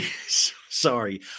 sorry